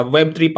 Web3